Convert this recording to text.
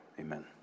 amen